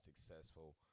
successful